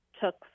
took